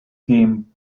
game